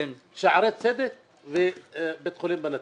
אנחנו דנים כאן בשערי צדק ובבית החולים בנצרת.